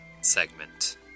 segment